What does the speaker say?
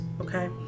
okay